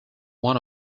one